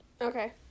Okay